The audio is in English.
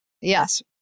Yes